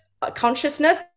consciousness